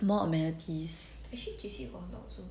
more amenities